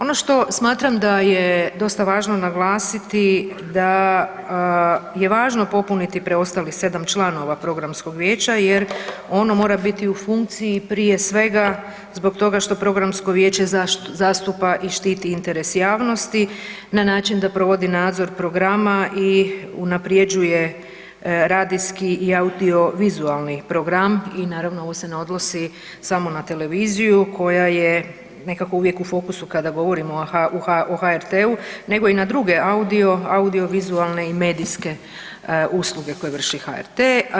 Ono što smatram da je dosta važno naglasiti da je važno popuniti preostalih sedam članova Programskog vijeća jer ono mora biti u funkciji prije svega zbog toga što Programsko vijeće zastupa i štiti interes javnosti na način da provodi nadzor programa i unapređuje radijski i audiovizualni program i naravno ovo se ne odnosi samo na televiziju koja je nekako uvijek u fokusu kada govorimo o HRT-u nego i na druge audiovizualne i medijske usluge koje vrši HRT.